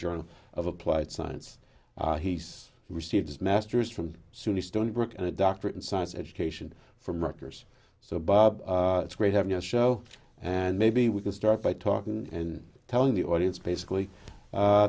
journal of applied science he's received his master's from suny stony brook and a doctorate in science education from rutgers so bob it's great having a show and maybe we can start by talking and telling the audience basically